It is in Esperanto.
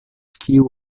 kiu